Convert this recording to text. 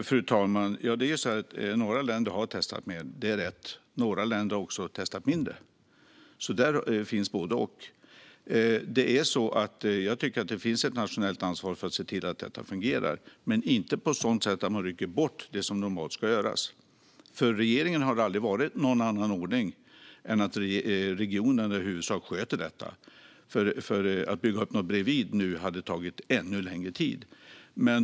Fru talman! Några länder har testat mer; det är rätt. Några länder har också testat mindre. Det finns både och. Jag tycker att det finns ett nationellt ansvar för att se till att detta fungerar, men inte på ett sådant sätt att man rycker bort det som normalt ska göras. För regeringen har det aldrig funnits någon annan ordning än att regionerna i huvudsak sköter detta. Att nu bygga upp något bredvid hade tagit ännu längre tid.